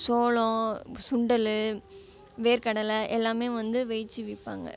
சோளம் சுண்டல் வேர்க்கடலை எல்லாமே வந்து வேகவிச்சி விற்பாங்க